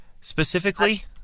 specifically